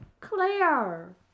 Claire